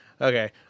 okay